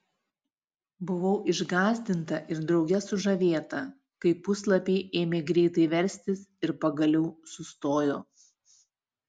buvau išgąsdinta ir drauge sužavėta kai puslapiai ėmė greitai verstis ir pagaliau sustojo